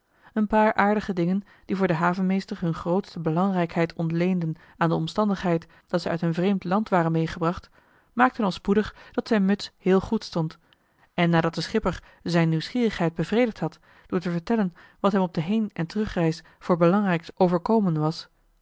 een paar aardige dingen die voor den havenmeester hun grootste belangrijkheid ontleenden aan de omstandigheid dat zij uit een vreemd land waren meegebracht maakten al spoedig dat zijn muts heel goed stond en nadat de schipper zijn nieuwsgierigheid bevredigd had door te vertellen wat hem op de heen en terugreis voor belangrijks overkomen was